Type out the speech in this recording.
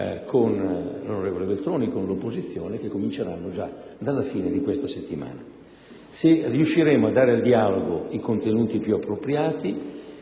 continuativi e periodici, che cominceranno già dalla fine di questa settimana. Se riusciremo a dare al dialogo i contenuti più appropriati,